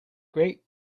great